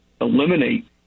eliminate